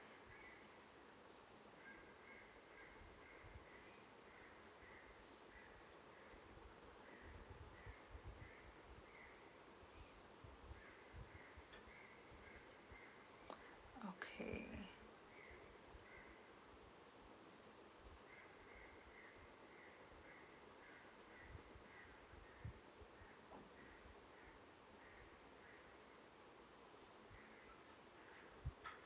okay